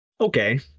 Okay